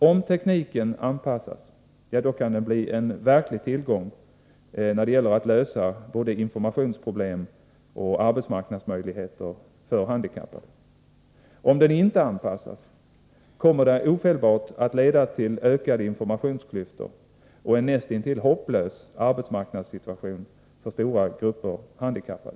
Om tekniken anpassas till de handikappade, kan den bli en verklig tillgång när det gäller att lösa både informationsproblemen och problemen på arbetsmarknaden för handikappade. Om tekniken inte anpassas till de handikappade kommer det ofelbart att leda till ökade informationsklyftor och en näst intill hopplös arbetsmarknadssituation för stora grupper handikappade.